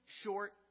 short